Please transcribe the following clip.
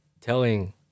telling